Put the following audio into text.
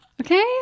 Okay